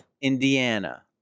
Indiana